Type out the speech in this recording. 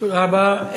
תודה רבה.